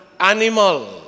animal